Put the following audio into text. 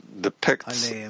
depicts